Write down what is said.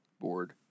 board